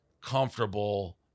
comfortable